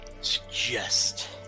suggest